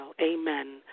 amen